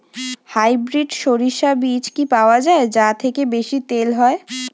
Hybrid শরিষা বীজ কি পাওয়া য়ায় যা থেকে বেশি তেল হয়?